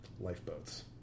Lifeboats